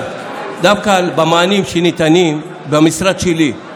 דווקא במענים שניתנים במשרד שלי,